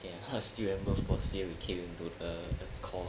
ya student both first year we came into the course